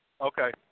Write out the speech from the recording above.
Okay